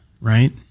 right